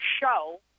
show